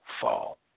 fall